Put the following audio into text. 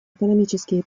экономические